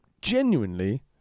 genuinely